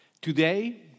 Today